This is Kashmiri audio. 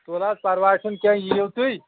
تُل حظ پَرواے چھُنہٕ کینٛہہ یِیِو تُہۍ